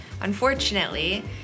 Unfortunately